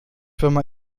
firma